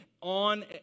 on